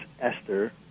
Esther